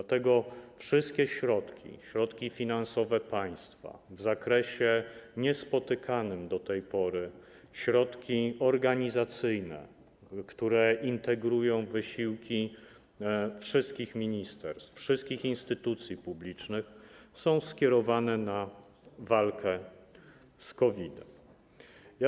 Dlatego wszystkie środki, środki finansowe państwa w zakresie niespotykanym do tej pory, środki organizacyjne, które integrują wysiłki wszystkich ministerstw, wszystkich instytucji publicznych, są skierowane na walkę z COVID-em.